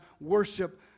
worship